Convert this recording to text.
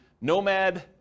Nomad